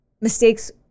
mistakes